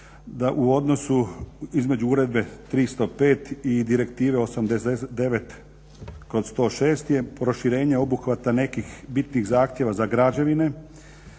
da u odnosu između Uredbe 305 i Direktive 89/106 je proširenje obuhvata nekih bitnih zahtjeva za građevine